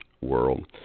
world